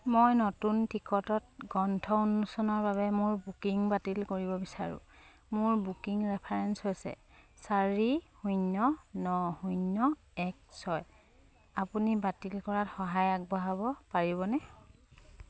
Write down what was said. মই নতুন টিকটত গ্ৰন্থ উন্মোচনৰ বাবে মোৰ বুকিং বাতিল কৰিব বিচাৰোঁ মোৰ বুকিং ৰেফাৰেন্স হৈছে চাৰি শূন্য ন শূন্য এক ছয় আপুনি বাতিল কৰাত সহায় আগবঢ়াব পাৰিবনে